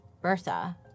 Bertha